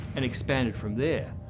and expanded from there.